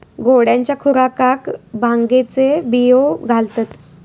घोड्यांच्या खुराकात भांगेचे बियो घालतत